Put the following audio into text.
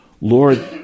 Lord